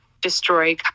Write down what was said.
destroy